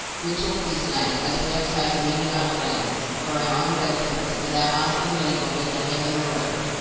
we took this land, as we have taken many other lands, for our own benefit, without asking leave of either heaven or earth.